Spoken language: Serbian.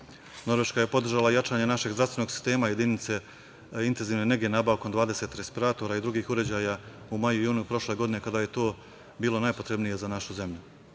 života. Norveška je podržala jačanje našeg zdravstvenog sistema jedinice intenzivne nege nabavkom 20 respiratora i drugih uređaja u maju i junu prošle godine kada je to bilo najpotrebnije za našu zemlju.I